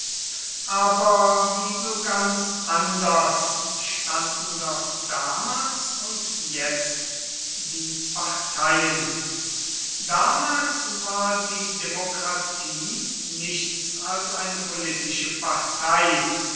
aber wie so ganz anders standen doch damals und jetzt die parteien damals war die demokratie nichts als eine politische partei